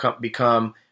become